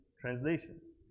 translations